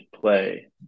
play